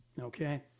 Okay